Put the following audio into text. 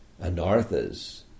anarthas